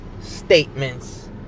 statements